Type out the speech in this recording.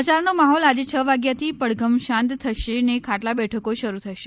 પ્રચારનો માહોલ આજે છ વાગ્યાથી પડધમ શાંત થશે ને ખાટલા બેઠકો શરૂ થશે